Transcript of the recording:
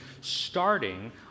starting